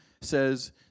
says